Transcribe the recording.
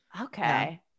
Okay